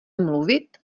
mluvit